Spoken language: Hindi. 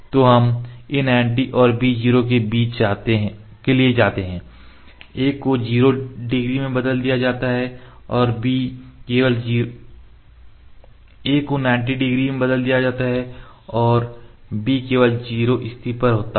तो हम a90 और B0 के लिए जाते हैं a को 90 डिग्री में बदल दिया जाता है और b केवल 0 स्थान पर होता है